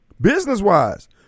Business-wise